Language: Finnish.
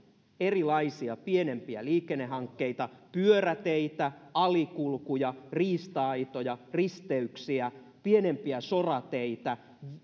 erilaisia pienempiä liikennehankkeita pyöräteitä alikulkuja riista aitoja risteyksiä pienempiä sorateitä